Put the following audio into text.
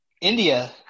India